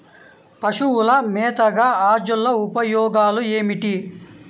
పశువుల మేతగా అజొల్ల ఉపయోగాలు ఏమిటి?